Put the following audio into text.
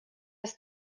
dass